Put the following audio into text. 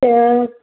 त